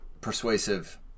persuasive